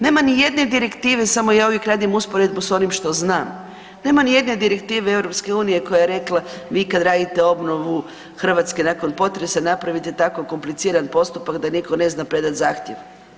Nema ni jedne direktive, samo ja uvijek radim usporedbu sa onim što znam, nema ni jedne direktive EU koja je rekla vi kad radite obnovu Hrvatske nakon potresa napravite tako kompliciran postupak da nitko ne zna predati zahtjev.